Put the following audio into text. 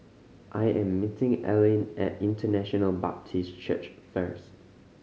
I am meeting Alene at International Baptist Church first